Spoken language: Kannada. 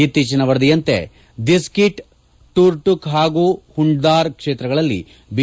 ಇತ್ತೀಚಿನ ವರದಿಯಂತೆ ದಿಸ್ಕಿಟ್ ಟೂರ್ುಕ್ ಹಾಗೂ ಹುಂಡ್ದಾರ್ ಕ್ಷೇತ್ರಗಳಲ್ಲಿ ಬಿ